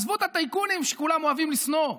עזבו את הטייקונים שכולם אוהבים לשנוא,